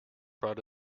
brought